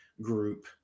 group